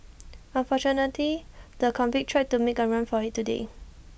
unfortunately the convict tried to make A run for IT today